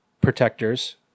protectors